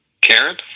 Karen